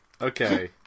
okay